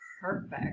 perfect